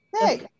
Hey